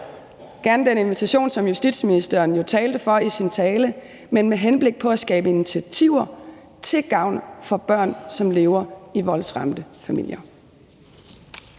være den invitation, som justitsministeren jo talte for i sin tale, med henblik påat skabe initiativer til gavn for børn, som lever i voldsramte familier.